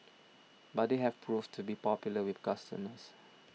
but they have proved to be popular with customers